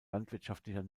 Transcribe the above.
landwirtschaftlicher